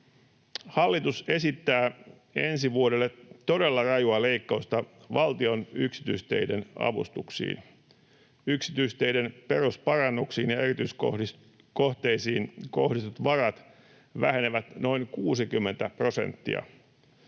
Hallitus esittää ensi vuodelle todella rajua leikkausta valtion yksityisteiden avustuksiin. Yksityisteiden perusparannuksiin ja erityiskohteisiin kohdistetut varat vähenevät noin 60 prosenttia,